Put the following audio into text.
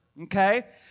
okay